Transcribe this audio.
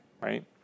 right